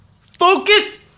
Focus